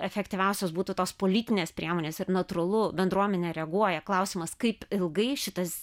efektyviausios būtų tos politinės priemonės ir natūralu bendruomenė reaguoja klausimas kaip ilgai šitas